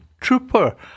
Trooper